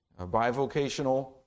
bivocational